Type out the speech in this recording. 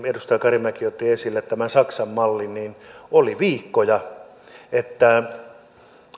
edustaja karimäki otti esille tämän saksan mallin niin oli viikkoja että